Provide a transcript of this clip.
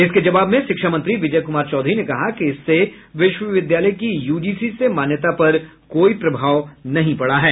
इसके जवाब में शिक्षा मंत्री विजय कुमार चौधरी ने कहा कि इससे विश्वविद्यालय के यूजीसी से मान्यता पर कोई प्रभाव नहीं पड़ा है